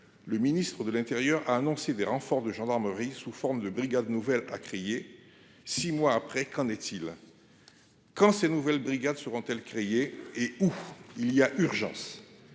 Le ministre de l'Intérieur a annoncé des renforts de gendarmerie sous forme de brigades nouvelles pas crier. Six mois après qu'en est-il. Quand ces nouvelles brigades seront. Et où il y a urgence.